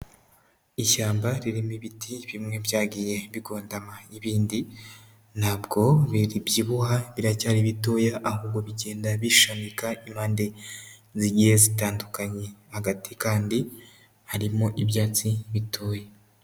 Ishyamba ririmo ibiti bimwe byagiye bigondama ibindi ntabwo bibyibuha biracyari bitoya ahubwo bigenda bishamika impande zigiye zitandukanye hagati kandi harimo ibyatsi bitoya.